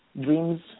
dreams